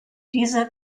dieser